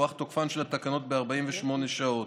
הוארך תוקפן של התקנות ב-48 שעות,